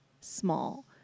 small